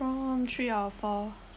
problem three out of four